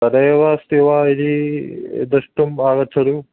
तदेव अस्ति वा इति द्रष्टुम् आगच्छतु